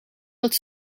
dat